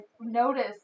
noticed